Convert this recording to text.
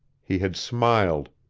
he had smiled.